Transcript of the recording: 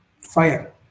fire